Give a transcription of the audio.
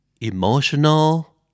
emotional